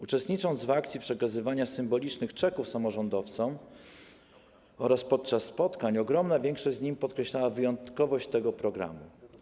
Podczas akcji przekazywania symbolicznych czeków samorządowcom oraz podczas spotkań ogromna większość z nich podkreślała wyjątkowość tego programu.